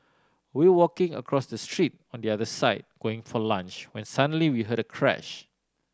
we were walking across the street on the other side going for lunch when suddenly we heard a crash